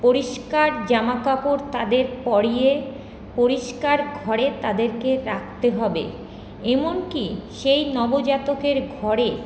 পরিষ্কার জামাকাপড় তাদের পরিয়ে পরিষ্কার ঘরে তাদেরকে রাখতে হবে এমনকি সেই নবজাতকের ঘরে